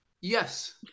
Yes